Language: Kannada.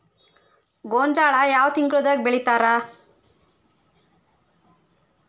ಗೋಂಜಾಳ ಯಾವ ತಿಂಗಳದಾಗ್ ಬೆಳಿತಾರ?